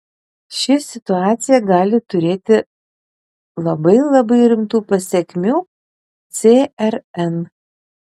ši situacija gali turėti labai labai rimtų pasekmių cern